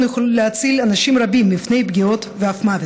יכולה להציל אנשים רבים מפני פגיעות ואף מוות.